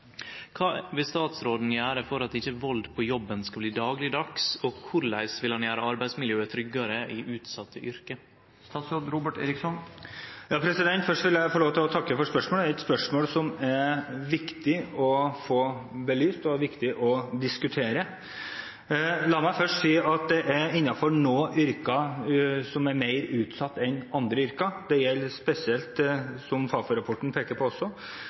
Kva vil statsråden gjere for at ikkje vald på jobben skal verte daglegdags, og korleis vil han gjere arbeidsmiljøet tryggare i utsette yrker?» Først vil jeg få lov til å takke for spørsmålet, et spørsmål som er viktig å få belyst og viktig å diskutere. La meg først si at det er noen yrker som er mer utsatt enn andre yrker. Som også Fafo-rapporten peker på, er det spesielt sosionomer, vernepleiere og barnevernspedagoger som er mest utsatt for vold/trusler på